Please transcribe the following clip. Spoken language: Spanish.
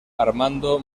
armando